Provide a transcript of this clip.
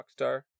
Rockstar